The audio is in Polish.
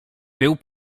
był